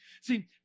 See